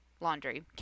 Laundry